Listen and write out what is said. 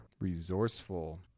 resourceful